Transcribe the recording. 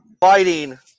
fighting